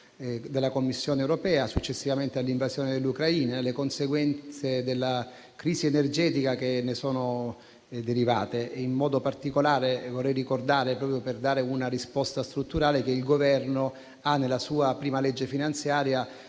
della Commissione europea, successivamente all'invasione dell'Ucraina e alle conseguenze della crisi energetica che ne sono derivate. In modo particolare vorrei ricordare, proprio per dare una risposta strutturale, che il Governo, nella sua prima legge finanziaria,